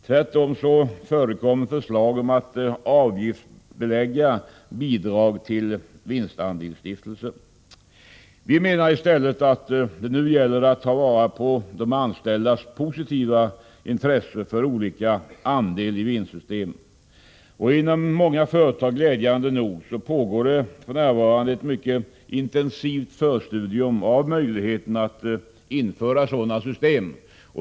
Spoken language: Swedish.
Tvärtom förekommer förslag om att avgiftsbelägga Vi menar i stället att det nu gäller att ta vara på de anställdas positiva intresse för olika andel-i-vinst-system. I många företag pågår för närvarande, glädjande nog, ett mycket intensivt förstudium beträffande möjligheterna att införa sådana system.